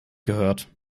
gehört